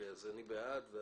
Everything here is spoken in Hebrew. מי בעד?